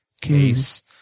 case